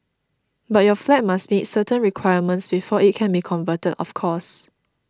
but your flat must meet certain requirements before it can be converted of course